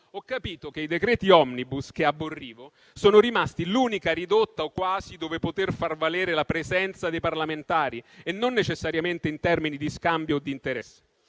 ho capito che i decreti *omnibus* che aborrivo sono rimasti l'unica ridotta - o quasi - dove poter far valere la presenza dei parlamentari e non necessariamente in termini di scambio o d'interesse.